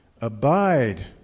Abide